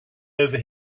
over